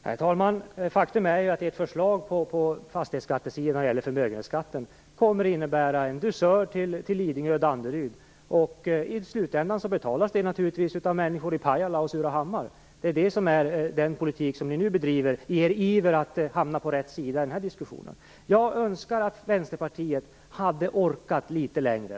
Herr talman! Faktum är att Vänsterpartiets förslag på fastighetsskattesidan av förmögenhetsbeskattningen kommer att innebära en dusör till Lidingö och Danderyd. I slutändan betalas den naturligtvis av människor i Pajala och Surahammar. Det är den politik vänsterpartisterna nu bedriver i sin iver att hamna på rätt sida i diskussionen. Jag önskar att Vänsterpartiet hade orkat litet längre.